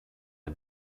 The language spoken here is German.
der